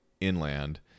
inland